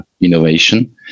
innovation